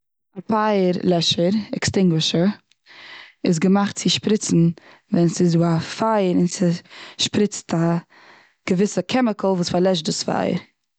פייער לעשער, עקסטינגווישער, איז געמאכט צו שפריצן ווען ס'איז דא א פייער און ס'שפריצט א געוויסע קעמיקאל וואס פארלעשט דאס פייער.